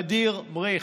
ע'דיר מריח,